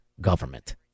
government